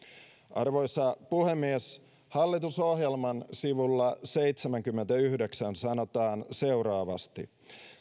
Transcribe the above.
arvoisa puhemies hallitusohjelman sivulla seitsemäänkymmeneenyhdeksään sanotaan seuraavasti